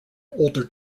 older